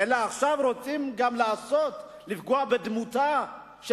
אלא שעכשיו רוצים גם לפגוע בדמותה של